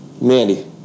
Mandy